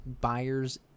buyers